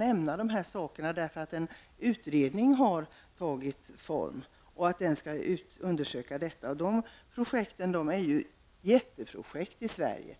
problemen med kreosot bara för att en utredning har tillsatts som skall undersöka detta. Det handlar ju om jätteprojekt i Sverige.